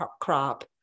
crop